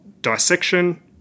dissection